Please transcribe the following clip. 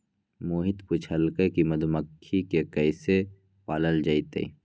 मोहित पूछलकई कि मधुमखि के कईसे पालल जतई